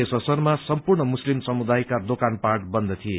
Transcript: यस अवसरमा सम्पूर्ण मुस्लिम समुदायका दोकान पाट बन्द थिए